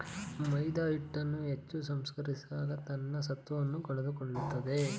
ಮೈದಾಹಿಟ್ಟನ್ನು ಹೆಚ್ಚು ಸಂಸ್ಕರಿಸಿದಾಗ ತನ್ನ ಸತ್ವವನ್ನು ಕಳೆದುಕೊಳ್ಳುತ್ತದೆ